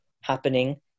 happening